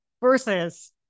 versus